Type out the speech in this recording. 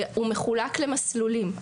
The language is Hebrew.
הוא מחולק למסלולים.